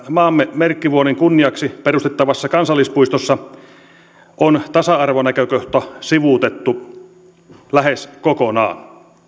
maamme merkkivuoden kunniaksi perustettavassa kansallispuistossa on tasa arvonäkökohta sivuutettu lähes kokonaan